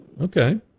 Okay